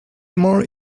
more